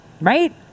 Right